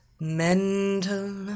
mental